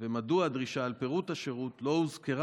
2. מדוע הדרישה על פירוט השירות לא הוזכרה